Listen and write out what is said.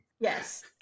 yes